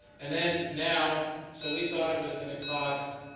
and then now so we thought it was going to cost